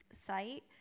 site